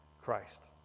christ